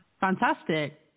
Fantastic